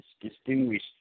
distinguished